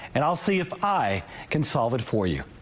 and i'll see if i can solve it for you.